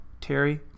Terry